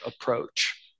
approach